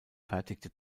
fertigte